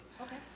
Okay